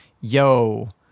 yo